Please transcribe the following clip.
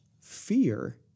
fear